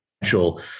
potential